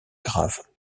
grave